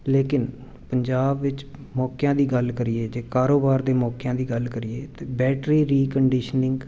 ਲੇਕਿਨ ਪੰਜਾਬ ਵਿੱਚ ਮੌਕਿਆਂ ਦੀ ਗੱਲ ਕਰੀਏ ਜੇ ਕਾਰੋਬਾਰ ਦੇ ਮੌਕਿਆਂ ਦੀ ਗੱਲ ਕਰੀਏ ਤਾਂ ਬੈਟਰੀ ਰੀਕੰਡੀਸ਼ਨਿੰਗ